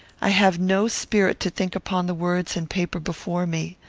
i have no spirit to think upon the words and paper before me.